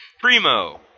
Primo